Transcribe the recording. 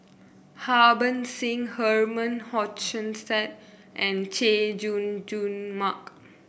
Harbans Singh Herman Hochstadt and Chay Jung Jun Mark